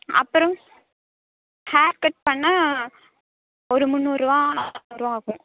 அப்புறம் hair cut பண்ண ஒரு முந்நூறுவா நானூறுவா ஆகும்